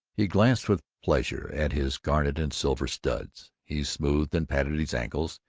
he glanced with pleasure at his garnet and silver studs. he smoothed and patted his ankles,